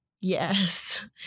Yes